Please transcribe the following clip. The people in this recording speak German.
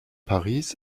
paris